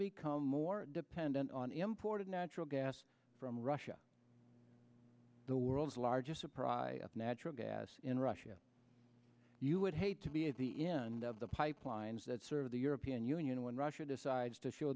become more dependent on imported natural gas from russia the world's largest surprise of natural gas in russia you would hate to be at the end of the pipelines that serve the european union when russia decides to show